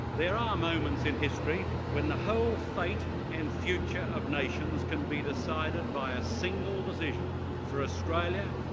there are moments in history when the whole fate and future of nations can be decided by a single decision for australia,